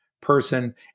person